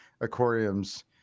aquariums